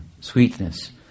sweetness